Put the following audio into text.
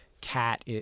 cat